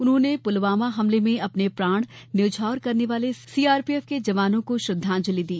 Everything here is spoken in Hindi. उन्होंने पुलवामा हमले में अपने प्राण न्यौछावर करने वाले सीआरपीएफ के जवानों को श्रद्वांजलि दी